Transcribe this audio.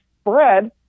spread